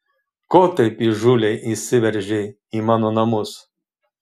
ko taip įžūliai įsiveržei į mano namus